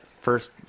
first